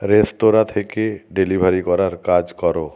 রেস্তোরাঁ থেকে ডেলিভারি করার কাজ করো